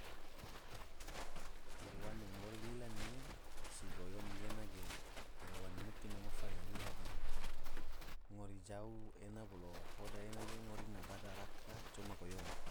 Haiwan yang ngori lila ne se goyom gena ge haiwan nguti ma ngofa riha-riha ge, ngori jau ena bolo hoda ena ge ngori na bada raka coma goyom.